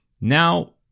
Now